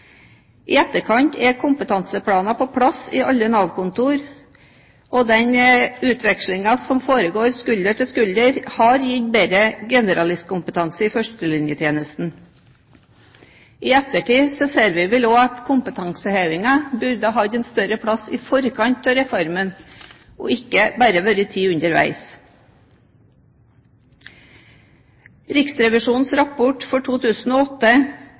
I etterkant er kompetanseplaner på plass i alle Nav-kontorer og utvekslingen som foregår skulder ved skulder har gitt bedre generalistkompetanse i førstelinjetjenesten. I ettertid ser vi vel også at kompetansehevingen burde hatt en større plass i forkant av reformen, og ikke bare blitt til underveis. Riksrevisjonens rapport for 2008